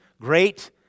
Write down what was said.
great